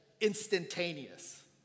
instantaneous